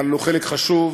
אבל הוא חלק חשוב,